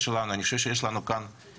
אנחנו רואים שיש צניחה,